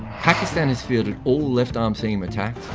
pakistan has fielded all left arm seam attacks,